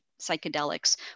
psychedelics